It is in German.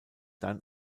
dann